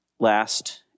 Last